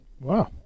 Wow